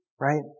right